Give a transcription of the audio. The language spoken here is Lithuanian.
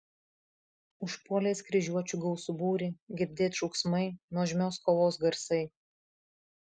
užpuolė jis kryžiuočių gausų būrį girdėt šauksmai nuožmios kovos garsai